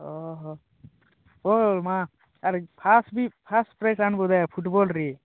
ଓହୋ ଓ ମା' ଆରେ ଫାର୍ଷ୍ଟ ବି ଫାର୍ଷ୍ଟ ପ୍ରାଇଜ୍ ଫୁଟବଲ୍ରେ